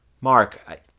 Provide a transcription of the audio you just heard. mark